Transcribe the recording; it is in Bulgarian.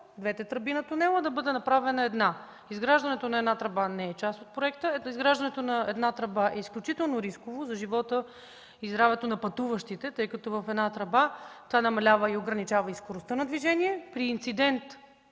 двете тръби на тунела, а да бъде направена една. Изграждането на една тръба не е част от проекта. Изграждането на една тръба е изключително рисково за живота и здравето на пътуващите, тъй като в една тръба се намалява и ограничава скоростта на движение и при инцидент